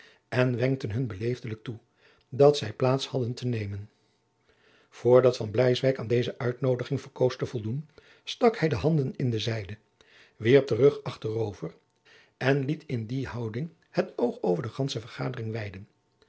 en wenkten hun beleefdelijk toe dat zij plaats hadden te nemen voor dat van bleiswyk aan deze uitnodiging verkoos te voldoen stak hij de handen in de zijde wierp den rug achterover en liet in die houding het oog over de gandsche vergadering weiden